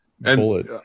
bullet